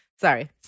sorry